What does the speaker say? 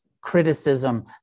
criticism